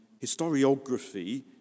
historiography